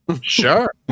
Sure